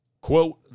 Quote